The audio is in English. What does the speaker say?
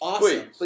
Wait